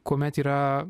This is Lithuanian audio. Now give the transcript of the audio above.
kuomet yra